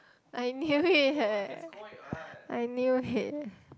I knew it eh I knew it